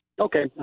Okay